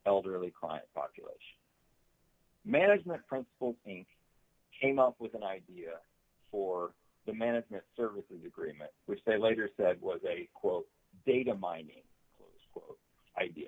client population management principle came up with an idea for the management service agreement which they later said was a quote data mining idea